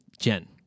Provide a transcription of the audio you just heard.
Jen